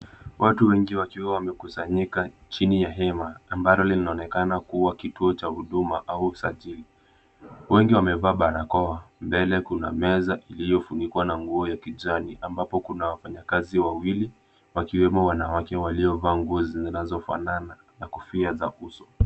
Watu wengi wakiwa wamekusanyika chini ya hema, ambalo linaonekana kuwa kituo cha huduma au usajili. Wengi wamevaa barakaoa. Mbele kuna meza iliyofunikwa na nguo ya kijani, ambapo kuna wafanyakazi wawili, wakiwemo wanawake waliovaa nguo zinazofanana na kofia za uso.